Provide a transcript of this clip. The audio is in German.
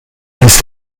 ist